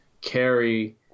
carry